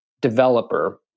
developer